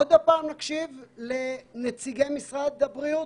עוד פעם נקשיב לנציגי משרד הבריאות?